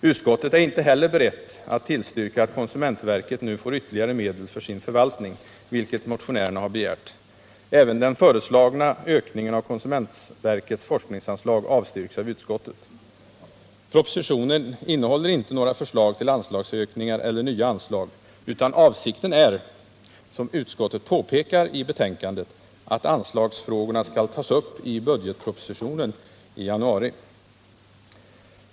Utskottet är inte heller berett att tillstyrka att konsumentverket nu får ytterligare medel för sin förvaltning, vilket motionärerna har begärt. Även den föreslagna ökningen av konsumentverkets forskningsanslag avstyrks av utskottet. Propositionen innehåller inte några förslag till anslagsökningar eller nya anslag, utan avsikten är som utskottet påpekar i betänkandet att anslagsfrågorna skall tas upp i budgetpropositionen i januari.